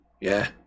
Yeah